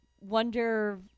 wonder